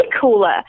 cooler